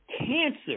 cancer